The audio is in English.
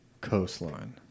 coastline